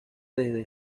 desde